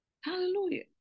Hallelujah